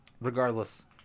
regardless